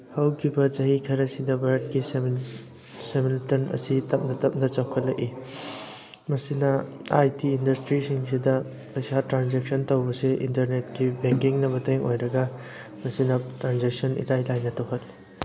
ꯍꯧꯈꯤꯕ ꯆꯍꯤ ꯈꯔꯁꯤꯗ ꯚꯥꯔꯠꯀꯤ ꯁꯦꯟꯃꯤꯠꯂꯣꯟ ꯑꯁꯤ ꯇꯞꯅ ꯇꯞꯅ ꯆꯥꯎꯈꯠꯂꯛꯏ ꯃꯁꯤꯅ ꯑꯥꯏ ꯇꯤ ꯏꯟꯗꯁꯇ꯭ꯔꯤꯁꯤꯡꯁꯤꯗ ꯄꯩꯁꯥ ꯇ꯭ꯔꯥꯟꯖꯦꯛꯁꯟ ꯇꯧꯕꯁꯤ ꯏꯟꯇꯔꯅꯦꯠꯀꯤ ꯕꯦꯡꯀꯤꯡꯅ ꯃꯇꯦꯡ ꯑꯣꯏꯔꯒ ꯃꯁꯤꯅ ꯇ꯭ꯔꯥꯟꯖꯦꯛꯁꯟ ꯏꯂꯥꯏ ꯂꯥꯏꯅ ꯇꯧꯍꯜꯂꯤ